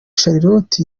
charlotte